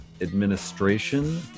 administration